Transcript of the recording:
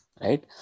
right